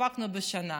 הסתפקנו בשנה.